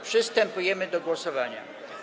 Przystępujemy do głosowania.